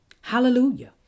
Hallelujah